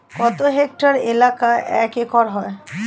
কত হেক্টর এলাকা এক একর হয়?